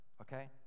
Okay